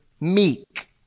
meek